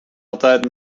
altijd